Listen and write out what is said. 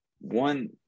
One